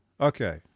okay